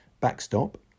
backstop